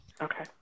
Okay